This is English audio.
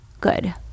good